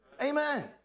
amen